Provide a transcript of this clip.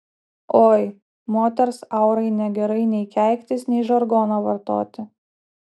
oi moters aurai negerai nei keiktis nei žargoną vartoti